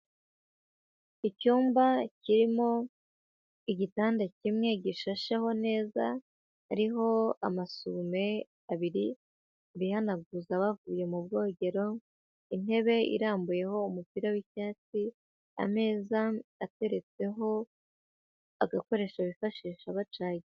Icyumba kirimo igitanda kimwe gishasheho neza hariho amasume abiri bihanaguza bavuye mu bwogero intebe irambuyeho umupira w'icyatsi ameza ateretsweho agakoresho bifashisha bacaginga.